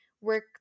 work